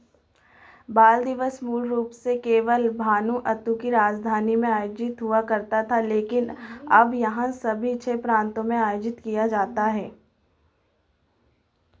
बाल दिवस मूल रूप से केवल भानुअतु की राजधानी में आयोजित हुआ करता था लेकिन अब यहाँ सभी छः प्रांतों में आयोजित किया जाता है